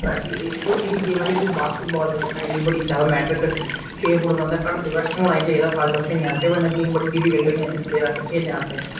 specially एह् नी गेमा जियां वासकिटवाल बिच हाइट बी बडी ज्यादा मैटर करदी छे फिट बंदा घट्ट थमा घट्ट होना गै चाहिदा बासकिटबाल खेलने बास्तै नेईं तां गेम बड़ी डिफीकल्ट होई जंदी उस प्लेयर आस्तै खेलने आस्तै